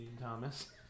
Thomas